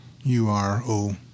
U-R-O